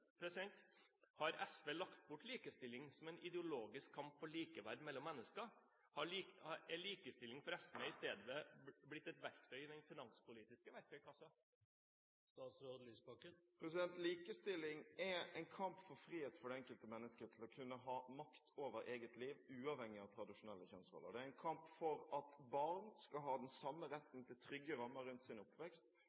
Har SV lagt bort likestilling som en ideologisk kamp for likeverd mellom mennesker? Er likestilling for SV i stedet blitt et verktøy i den finanspolitiske verktøykassa? Likestilling er en kamp for frihet for det enkelte mennesket til å kunne ha makt over eget liv, uavhengig av tradisjonelle kjønnsroller. Det er en kamp for at barn skal ha den samme